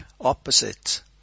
opposites